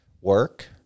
work